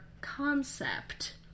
concept